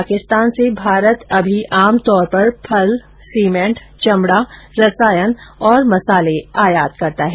पाकिस्तान से भारत अभी आमतौर पर फल सीमेंट चमड़ा रसायन और मसाले आयात करता है